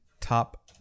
Top